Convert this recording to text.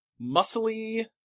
muscly